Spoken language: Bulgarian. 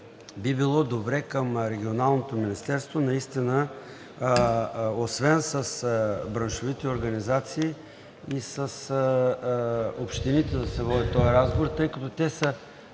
би било добре с Регионалното министерство наистина, освен с браншовите организации и с общините, да се води този разговор, тъй като те са